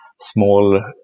small